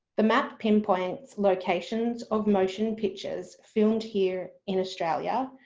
the map pinpoints locations of motion pictures filmed here in australia,